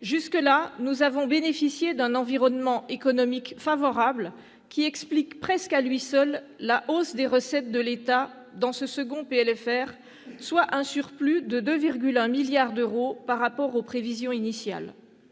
Jusqu'à présent, nous avons bénéficié d'un environnement économique favorable qui explique presque à lui seul la hausse des recettes de l'État dans ce second projet de loi de finances rectificative, soit un surplus de 2,1 milliards d'euros par rapport aux prévisions initiales.